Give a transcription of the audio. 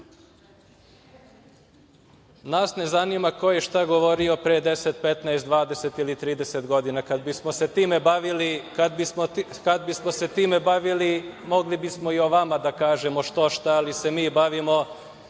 ne zanima ko je i šta govorio pre 10, 15, 20 ili 30 godina. Kad bismo se time bavili mogli bismo i o vama da kažemo što šta, ali se mi bavimo